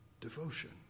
devotion